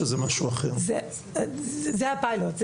זה הפיילוט.